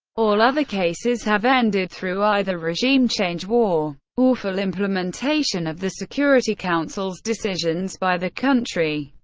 all other cases have ended through either regime change, war or full implementation of the security council's decisions by the country.